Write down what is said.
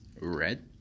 red